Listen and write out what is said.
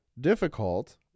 difficult